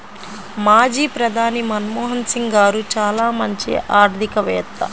మాజీ ప్రధాని మన్మోహన్ సింగ్ గారు చాలా మంచి ఆర్థికవేత్త